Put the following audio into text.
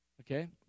okay